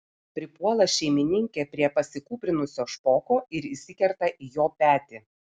pripuola šeimininkė prie pasikūprinusio špoko ir įsikerta į jo petį